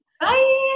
Bye